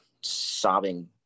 sobbing